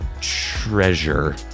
treasure